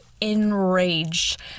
enraged